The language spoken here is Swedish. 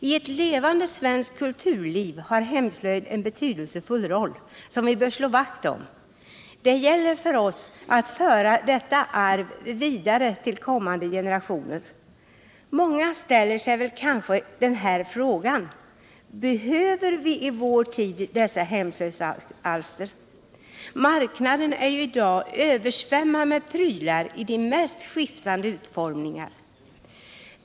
I ett levande svenskt kulturliv har hemslöjden en betydelsefull roll, som vi bör slå vakt om. Det gäller för oss att föra detta arv vidare till kommande generationer. Många ställer sig kanske frågan: Behöver vi i dag dessa hemslöjdsalster? Marknaden är ju i dag översvämmad med prylar i de mest skiftande utformningar.